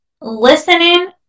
Listening